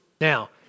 Now